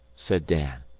said dan.